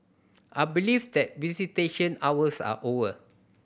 I believe that visitation hours are over